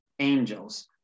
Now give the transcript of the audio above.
Angels